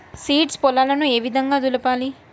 Seeds పొలాలను ఏ విధంగా దులపాలి?